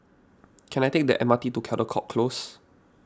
can I take the M R T to Caldecott Close